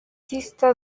dista